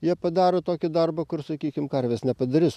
jie padaro tokį darbą kur sakykim karvės nepadarys